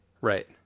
Right